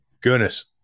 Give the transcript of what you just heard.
goodness